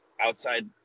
outside